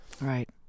Right